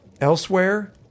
Elsewhere